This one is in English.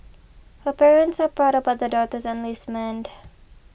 her parents are proud about their daughter's enlistment